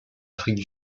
afrique